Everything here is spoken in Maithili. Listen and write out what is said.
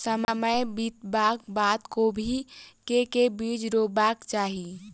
समय बितबाक बाद कोबी केँ के बीज रोपबाक चाहि?